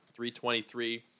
323